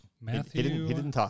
Matthew